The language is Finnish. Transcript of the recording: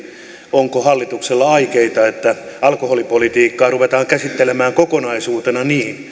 onko hallituksella aikeita että alkoholipolitiikkaa ruvetaan käsittelemään kokonaisuutena niin